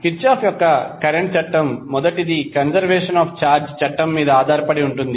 Kirchhoff యొక్క current చట్టం మొదటిది కన్సర్వేషన్ ఆఫ్ ఛార్జ్ చట్టం మీద ఆధారపడి ఉంటుంది